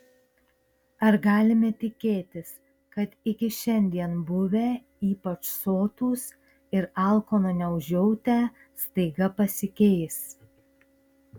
ar galime tikėtis kad iki šiandien buvę ypač sotūs ir alkano neužjautę staiga pasikeis